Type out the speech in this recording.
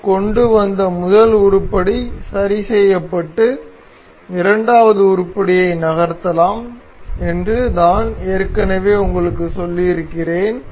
நாம் கொண்டு வந்த முதல் உருப்படி சரி செய்யப்பட்டு இரண்டாவது உருப்படியை நகர்த்தலாம் என்று நான் ஏற்கனவே உங்களுக்குச் சொல்லியிருக்கிறேன்